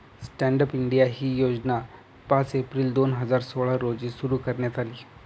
stand up India ही योजना पाच एप्रिल दोन हजार सोळा रोजी सुरु करण्यात आली